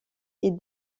est